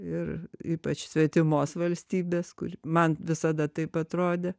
ir ypač svetimos valstybės kuri man visada taip atrodė